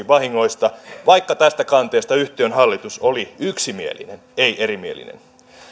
vahingoista vaikka tästä kanteesta yhtiön hallitus oli yksimielinen ei erimielinen